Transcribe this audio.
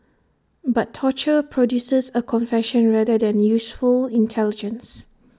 but torture produces A confession rather than useful intelligence